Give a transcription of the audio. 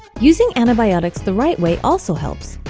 using antibiotics the right way also helps,